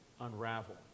unravel